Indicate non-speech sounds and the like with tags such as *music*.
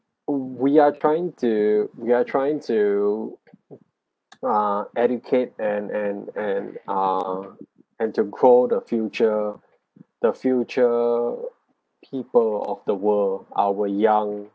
mm we are trying to we are trying to *noise* ah educate and and and ah and to grow the future the future people of the world our young